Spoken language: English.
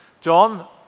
John